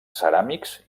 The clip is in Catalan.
ceràmics